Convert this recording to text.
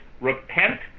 repent